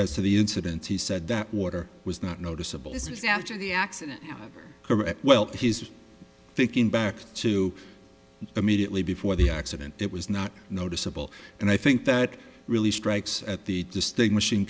as to the incident he said that water was not noticeable is now after the accident well his thinking back to immediately before the accident it was not noticeable and i think that really strikes at the distinguishing